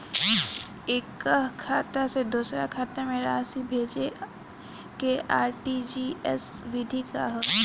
एकह खाता से दूसर खाता में राशि भेजेके आर.टी.जी.एस विधि का ह?